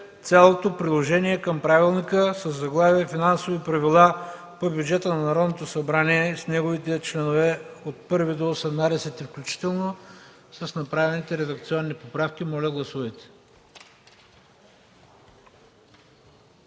цялото приложение към правилника със заглавие „Финансови правила по бюджета на Народното събрание” с неговите членове от 1 до 18 включително, с направените редакционни поправки. Моля, гласувайте.